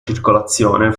circolazione